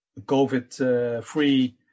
COVID-free